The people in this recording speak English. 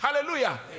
Hallelujah